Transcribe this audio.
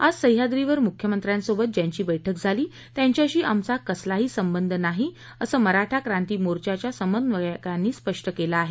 आज सह्याद्रीवर मुख्यमंत्र्यांसोबत ज्यांची बैठक झाली त्यांच्याशी आमचा कसलाही संबंध नाही असं मराठा क्रांती मोर्चाच्या समन्वयकांनी स्पष्ट केले आहे